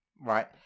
right